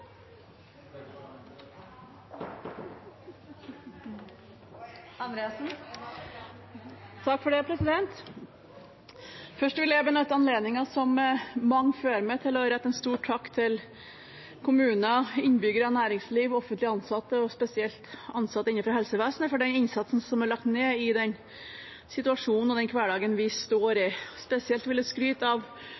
Andreassen. Først vil jeg, som mange før meg, benytte anledningen til å rette en stor takk til kommuner, innbyggere, næringsliv, offentlig ansatte, og spesielt ansatte innenfor helsevesenet, for den innsatsen som er lagt ned i den situasjonen og den hverdagen vi står